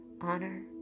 honor